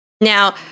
Now